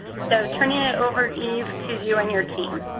so, turning it over, eve, to you and your team.